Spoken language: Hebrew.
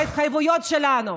לא הפרנו את ההתחייבויות שלנו.